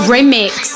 Remix